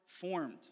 formed